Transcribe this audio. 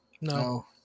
No